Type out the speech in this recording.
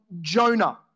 Jonah